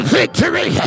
victory